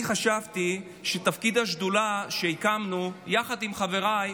אני חשבתי שתפקיד השדולה שהקמנו, אני עם חבריי,